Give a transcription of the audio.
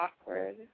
awkward